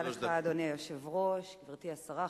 אדוני היושב-ראש, תודה רבה לך, גברתי השרה,